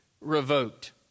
revoked